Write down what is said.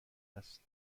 است